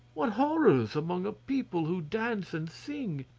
what horrors among a people who dance and sing!